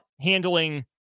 handling